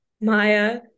Maya